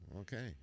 okay